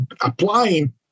applying